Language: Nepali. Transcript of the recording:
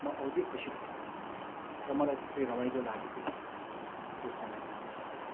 म औधी खुसी भएको थिएँ र मलाई खुबै रमाइलो लागेको थियो त्यस समय त्यो ठाउँहरूमा